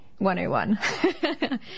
101